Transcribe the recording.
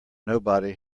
nobody